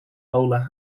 bowler